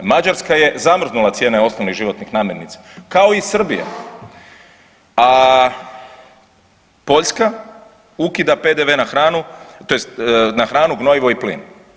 Mađarska je zamrznula cijene osnovnih životnih namirnica kao i Srbija, a Poljska ukida PDV na hranu, tj. na hranu, gnojivo i plin.